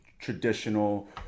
traditional